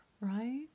right